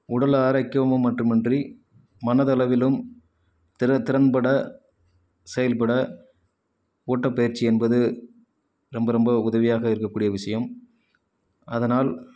உடல் ஆரோக்கியம் மட்டுமின்றி மனதளவிலும் திற திறன்பட செயல்பட ஓட்டப் பயிற்சி என்பது ரொம்ப ரொம்ப உதவியாக இருக்கக்கூடிய விஷயம் அதனால்